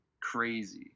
crazy